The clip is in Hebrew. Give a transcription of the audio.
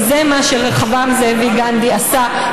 וזה מה שרחבעם זאבי גנדי עשה,